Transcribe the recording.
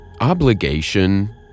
Obligation